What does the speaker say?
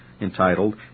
entitled